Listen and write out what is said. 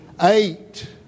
eight